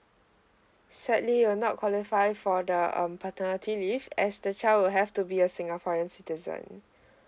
sadly you're not qualify for the um paternity leave as the child will have to be a singaporean citizen